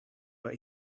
but